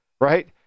Right